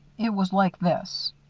it was like this.